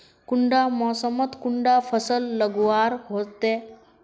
कुंडा मोसमोत कुंडा फसल लगवार होते?